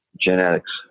genetics